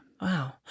Wow